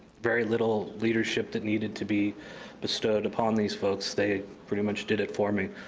very little leadership that needed to be bestowed upon these folks they pretty much did it for me.